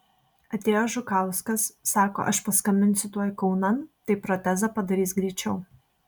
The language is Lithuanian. atėjo žukauskas sako aš paskambinsiu tuoj kaunan tai protezą padarys greičiau